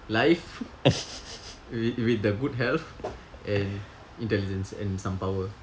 life wit~ with the good health and intelligence and some power